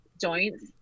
joints